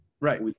Right